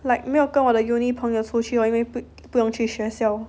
like 没有跟我的 uni 朋友出去 lor 因为不用去学校